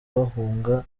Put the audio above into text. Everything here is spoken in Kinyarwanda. bahunga